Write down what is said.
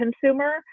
consumer